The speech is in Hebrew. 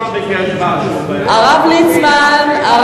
הרב ליצמן ביקש משהו.